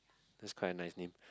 that's quite a nice name